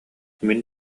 мин